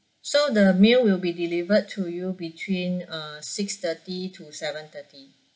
so the meal will be delivered to you between uh six thirty to seven thirty